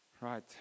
Right